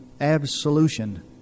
absolution